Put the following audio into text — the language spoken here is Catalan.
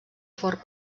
fort